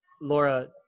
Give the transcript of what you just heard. Laura